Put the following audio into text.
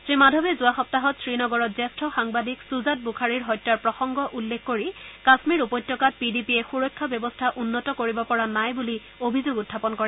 শ্ৰীমাধৱে যোৱা সপ্তাহত শ্ৰীনগৰত জ্যেষ্ঠ সাংবাদিক সুজাত বুখাৰীৰ হত্যাৰ প্ৰসংগ উল্লেখ কৰি কাশ্মীৰ উপত্যকাত পি ডি পিয়ে সুৰক্ষা ব্যৱস্থা উন্নত কৰিব পৰা নাই বুলি অভিযোগ উখাপন কৰে